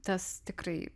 tas tikrai